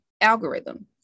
algorithm